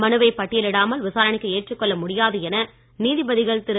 மனுவை பட்டியலிடாமல் விசாரணைக்கு ஏற்றுக்கொள்ள முடியாது என நீதிபதிகள் திரு